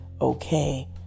okay